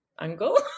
angle